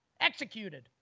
executed